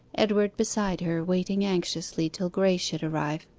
edward beside her waiting anxiously till graye should arrive,